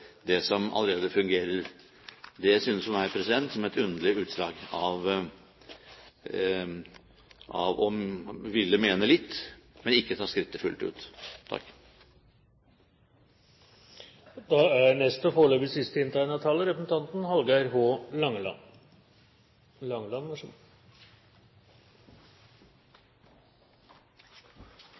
det som allerede fungerer? Det synes for meg som et underlig utslag av å ville mene litt, men ikke ta skrittet fullt ut.